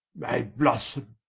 my blossome,